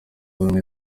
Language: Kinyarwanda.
ubumwe